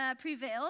prevailed